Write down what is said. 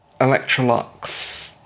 Electrolux